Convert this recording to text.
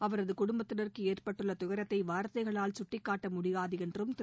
அவரது குடும்பத்தினருக்கு ஏற்பட்டுள்ள துயரத்தை வார்த்தைகளால் சுட்டிக்காட்ட முடியாது என்றும் திரு